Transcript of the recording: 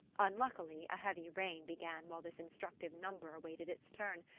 unluckily a heavy rain began while this instructive number awaited its turn,